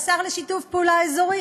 השר לשיתוף פעולה אזורי